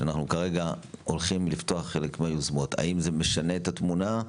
לפיהן אנחנו הולכים לפתוח חלק מהיוזמות האם זה משנה את התמונה,